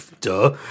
duh